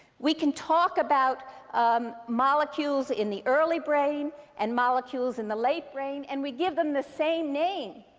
we can talk about um molecules in the early brain and molecules in the late brain. and we give them the same name.